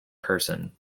person